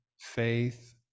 faith